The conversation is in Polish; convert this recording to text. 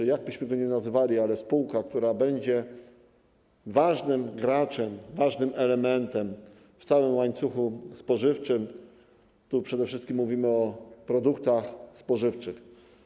Jakkolwiek byśmy ją nazywali, spółka będzie ważnym graczem, ważnym elementem w całym łańcuchu spożywczym; tu przede wszystkim mówimy o produktach spożywczych.